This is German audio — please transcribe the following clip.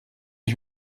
ich